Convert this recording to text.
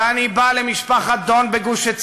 ואני בא למשפחת דון בגוש-עציון,